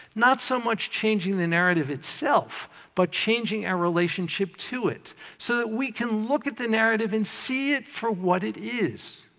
not so much changing the narrative itself but changing our relationship to it so that we can look at the narrative and see it for what it is.